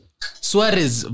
Suarez